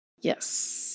yes